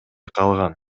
калган